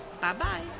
Bye-bye